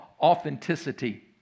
authenticity